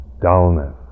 dullness